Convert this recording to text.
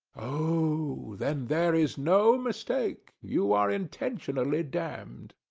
oh, then there is no mistake you are intentionally damned.